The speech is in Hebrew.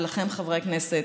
ולכם חברי הכנסת: